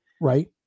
Right